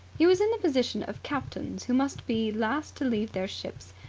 he was in the position of captains who must be last to leave their ships,